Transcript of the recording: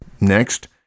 Next